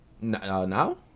Now